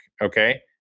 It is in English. Okay